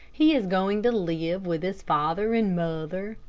he is going to live with his father and mother.